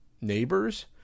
neighbors